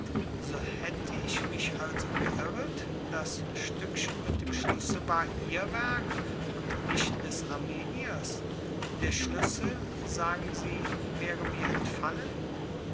so hätte ich mich also geirret das stückchen mit dem schlüssel war ihr werk und nicht des armeniers der schlüssel sagen sie wäre mir entfallen